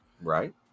Right